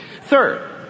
Third